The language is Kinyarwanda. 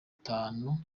itanu